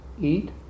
eat